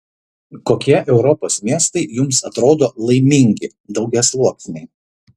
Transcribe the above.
kokie europos miestai jums atrodo laimingi daugiasluoksniai